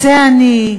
רוצה אני,